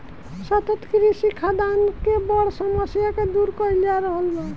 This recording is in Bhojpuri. सतत कृषि खाद्यान के बड़ समस्या के दूर कइल जा रहल बा